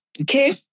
Okay